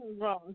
wrong